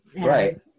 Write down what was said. Right